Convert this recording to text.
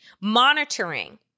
monitoring